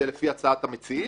זה לפי הצעת המציעים,